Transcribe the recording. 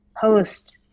post